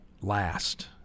last